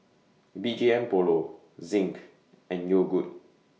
B G M Polo Zinc and Yogood